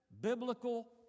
biblical